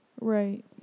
Right